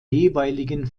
jeweiligen